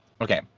Okay